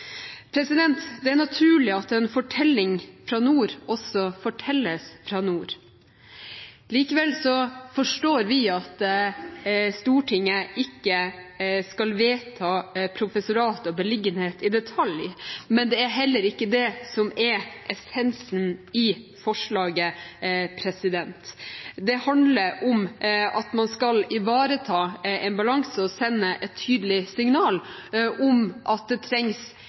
Det er naturlig at en fortelling fra nord også fortelles fra nord. Likevel forstår vi at Stortinget ikke skal vedta professorat og beliggenhet i detalj, men det er heller ikke det som er essensen i forslaget. Det handler om at man skal ivareta en balanse og sende et tydelig signal om at det trengs